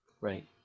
Right